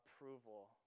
approval